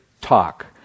talk